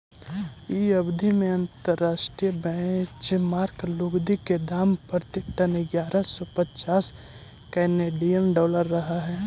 इ अवधि में अंतर्राष्ट्रीय बेंचमार्क लुगदी के दाम प्रति टन इग्यारह सौ पच्चास केनेडियन डॉलर रहऽ हई